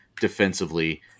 defensively